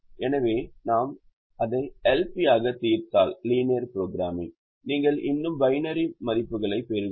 எனவே நாம் அதை L P ஆக தீர்த்தால் நீங்கள் இன்னும் பைனரி மதிப்புகளைப் பெறுவீர்கள்